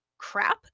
Crap